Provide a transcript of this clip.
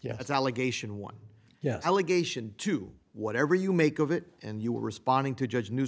yes allegation one yes allegation two whatever you make of it and you were responding to judge new